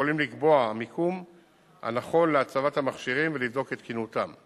יכולים לקבוע את המיקום הנכון להצבת המכשירים ולבדוק את תקינותם.